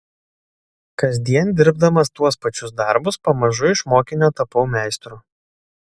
kasdien dirbdamas tuos pačius darbus pamažu iš mokinio tapau meistru